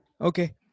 Okay